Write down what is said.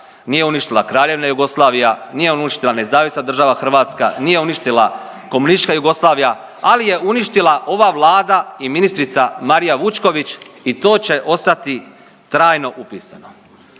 nije uništila Kraljevina Jugoslavija, nije uništila Nezavisna država Hrvatska, nije uništila komunistička Jugoslavija, ali je uništila ova Vlada i ministrica Marija Vučković i to će ostati trajno upisano.